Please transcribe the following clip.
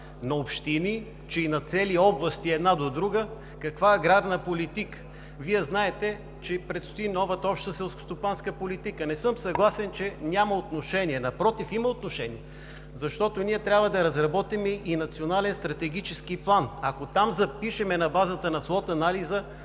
на общини, че и на цели области, една до друга – каква аграрна политика? Знаете, че ни предстои новата Обща селскостопанска политика. Не съм съгласен, че няма отношение, напротив, има отношение, защото ние трябва да разработим и национален стратегически план. Ако там запишем на базата на слот анализа,